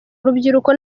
urubyiruko